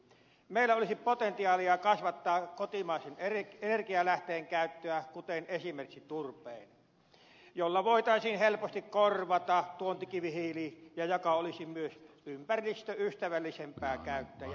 meillä olisi potentiaalia kasvattaa kotimaisen energialähteen käyttöä kuten esimerkiksi turpeen jolla voitaisiin helposti korvata tuontikivihiili ja joka olisi myös ympäristöystävällisempää käyttää